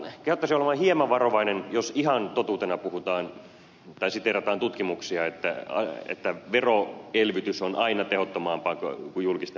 kehottaisin olemaan hieman varovainen jos ihan totuutena puhutaan tai siteerataan tutkimuksia että veroelvytys on aina tehottomampaa kuin julkisten menojen